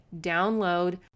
Download